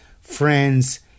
friends